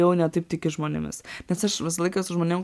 jau ne taip tiki žmonėmis nes aš visą laiką su žmonėm